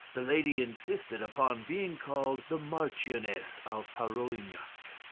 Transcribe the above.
the lady insisted upon being called the marchioness of parolignac.